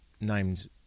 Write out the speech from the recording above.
named